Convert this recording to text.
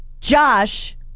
Josh